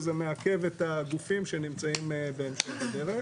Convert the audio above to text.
וזה מעכב את הגופים שנמצאים בהמשך הדרך.